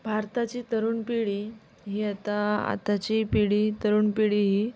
भारताची तरुण पिढी ही आता आताची पिढी तरुण पिढी ही